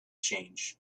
change